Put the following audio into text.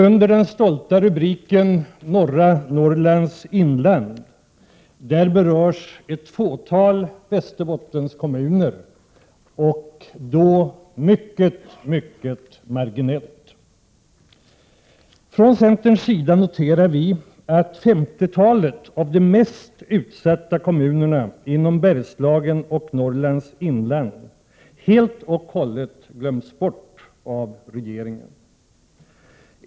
Under den stolta rubriken Norra Norrlands inland berörs ett fåtal Västerbottenskommuner — men mycket mycket marginellt. Vi i centern noterar att ett femtiotal av de mest utsatta kommunerna i Bergslagen och Norrlands inland helt och hållet glöms bort av regeringen.